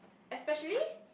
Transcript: especially